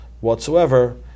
whatsoever